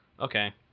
okay